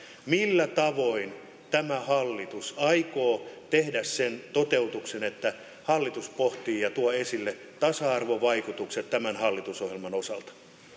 millä tavoin tämä hallitus aikoo tehdä sen toteutuksen että hallitus pohtii ja ja tuo esille tasa arvovaikutukset tämän hallitusohjelman osalta